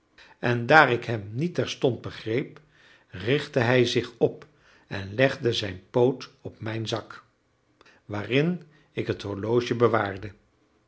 en daar ik hem niet terstond begreep richtte hij zich op en legde zijn poot op mijn zak waarin ik het horloge bewaarde